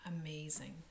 amazing